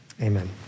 amen